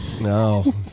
No